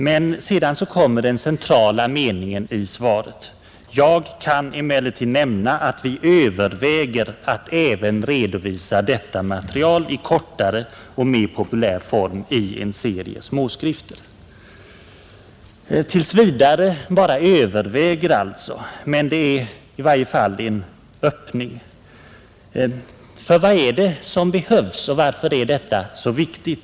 Men därefter kommer den centrala meningen i svaret, där statsrådet säger: ”Jag kan emellertid nämna att vi överväger att även redovisa detta material i kortare och mer populär form i en serie småskrifter.” Tills vidare bara överväger man alltså, men det är i varje fall en öppning. Vad är det som behövs? Varför är informationens natur så viktig?